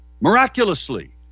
miraculously